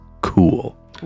Cool